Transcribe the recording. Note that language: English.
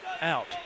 out